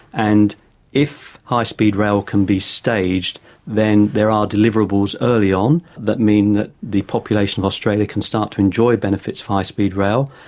and if high speed rail can be staged then there are deliverables early on that mean that the population of australia can start to enjoy benefits of high speed rail.